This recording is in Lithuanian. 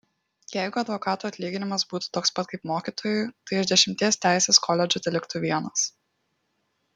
jeigu advokatų atlyginimas būtų toks kaip mokytojų tai iš dešimties teisės koledžų teliktų vienas